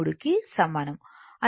23 కి సమానం